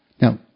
Now